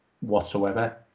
whatsoever